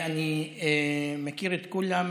אני מכיר את כולם.